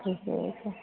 ठीके छै